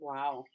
Wow